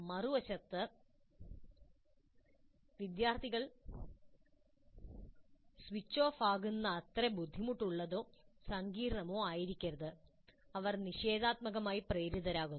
മറുവശത്ത് വിദ്യാർത്ഥികൾ switch off ആകുന്നത്ര ബുദ്ധിമുട്ടുള്ളതോ സങ്കീർണ്ണമോ ആയിരിക്കരുത് അവർ നിഷേധാത്മകമായി പ്രേരിതരാകുന്നു